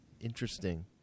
Interesting